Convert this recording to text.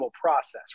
process